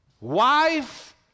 wife